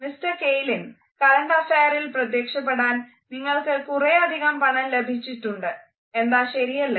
mister Kaylin current അഫയറിൽ പ്രത്യക്ഷപ്പെടാൻ നിങ്ങൾക്ക് കുറെയധികം പണം ലഭിച്ചിട്ടുണ്ട് എന്താ ശരിയല്ലേ